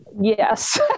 Yes